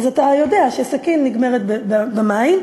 אז אתה יודע שסכין נגמרת במים.